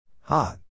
Hot